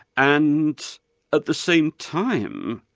and at the same time,